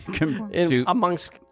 amongst